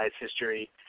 history